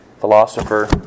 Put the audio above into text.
philosopher